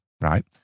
right